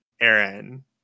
Aaron